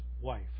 wife